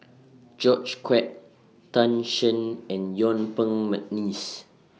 George Quek Tan Shen and Yuen Peng Mcneice